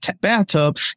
bathtub